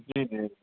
جی جی